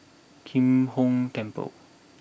Kim Hong Temple